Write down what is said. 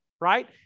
right